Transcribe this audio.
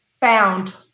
found